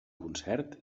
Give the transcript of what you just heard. concert